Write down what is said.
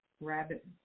rabbit